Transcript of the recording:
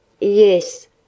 Yes